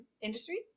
industry